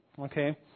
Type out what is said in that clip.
Okay